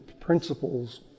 principles